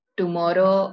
tomorrow